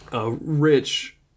Rich